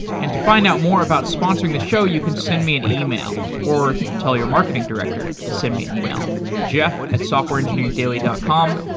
and to find out more about sponsoring the show, you can send me an email or tell your marketing director to send me an email, jeff at softwareengineering dot com.